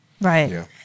Right